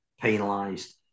penalised